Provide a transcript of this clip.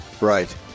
Right